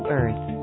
earth